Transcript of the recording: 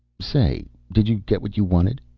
say, did you get what you wanted?